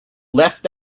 left